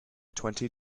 twenty